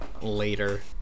Later